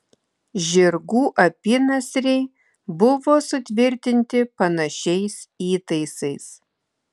žirgų apynasriai buvo sutvirtinti panašiais įtaisais